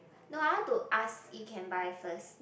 no I want to ask you can buy first